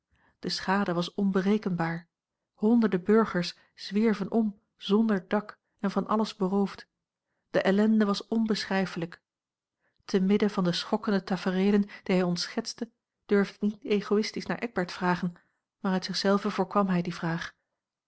de schade was onberekenbaar honderden burgers zwierven om zonder dak en van alles beroofd de ellende was onbeschrijfelijk te midden van de schokkende tafereelen die hij ons schetste durfde ik niet egoïstisch naar eckbert vragen maar uit zich zelven voorkwam hij die vraag